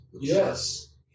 Yes